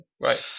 Right